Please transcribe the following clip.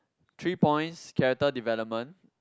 three points character development